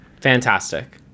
fantastic